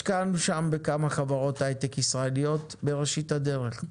השקענו שם בכמה חברות היי-טק ישראליות בראשית הדרך,